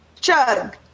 Chug